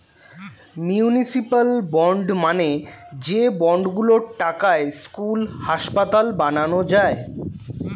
municipal bond মানে যে bond গুলোর টাকায় স্কুল, হাসপাতাল বানানো যায়